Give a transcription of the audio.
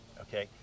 okay